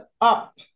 up